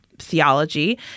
theology